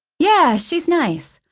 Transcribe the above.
yeah, she's nice.